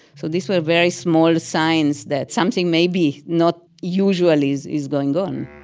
so these were very small signs that something maybe not usual is is going on